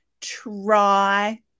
try